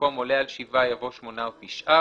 במקום "עולה על שבעה" יבוא "שמונה או תשעה",